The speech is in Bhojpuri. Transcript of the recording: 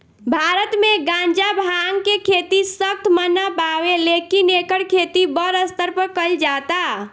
भारत मे गांजा, भांग के खेती सख्त मना बावे लेकिन एकर खेती बड़ स्तर पर कइल जाता